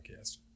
podcast